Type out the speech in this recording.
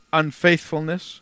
unfaithfulness